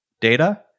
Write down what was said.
data